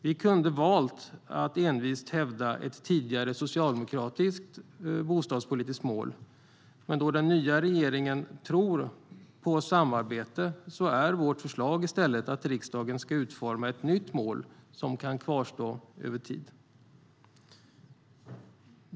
Vi kunde ha valt att envist hävda ett tidigare socialdemokratiskt bostadspolitiskt mål, men då den nya regeringen tror på samarbete är vårt förslag i stället att riksdagen ska utforma ett nytt mål som kan kvarstå över tid.